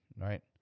right